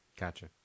Gotcha